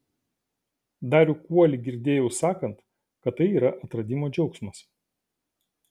darių kuolį girdėjau sakant kad tai yra atradimo džiaugsmas